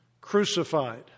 crucified